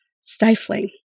stifling